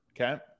Okay